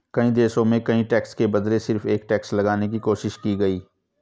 कई देशों में कई टैक्स के बदले सिर्फ एक टैक्स लगाने की कोशिश की गयी